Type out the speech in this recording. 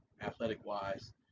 athletic-wise